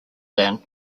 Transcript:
than